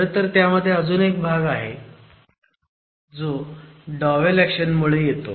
खरंतर त्यामध्ये अजून एक भाग आहे जो डॉवेल ऍक्शन मुळे येतो